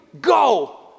Go